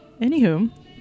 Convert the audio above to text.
Anywho